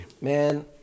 Man